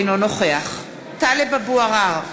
אינו נוכח טלב אבו עראר,